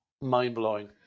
Mind-blowing